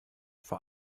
vor